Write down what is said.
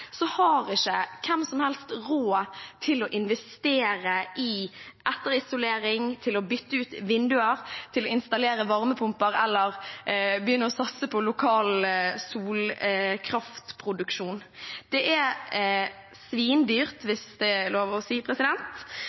har ikke hvem som helst råd til å investere i etterisolering, til å bytte ut vinduer, til å installere varmepumper eller til å begynne å satse på lokal solkraftproduksjon. Det er svinedyrt – hvis det er lov til å si